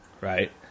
right